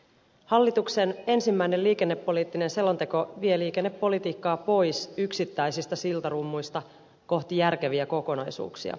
hallituksen ensimmäinen liikennepoliittinen selonteko vie liikennepolitiikkaa pois yksittäisistä siltarummuista kohti järkeviä kokonaisuuksia